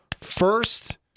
first